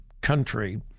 country